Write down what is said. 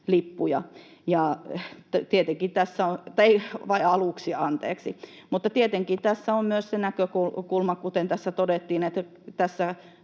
Mutta tietenkin tässä on myös se näkökulma, kuten tässä todettiin, että tällä